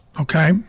okay